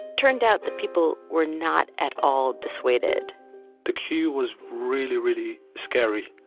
turned out that people were not at all dissuaded the queue was really, really scary.